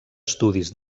estudis